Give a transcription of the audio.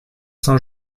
saint